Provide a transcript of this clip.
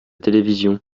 télévision